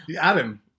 Adam